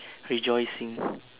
rejoicing